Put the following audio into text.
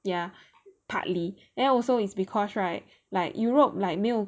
ya partly and also is because right like Europe like 没有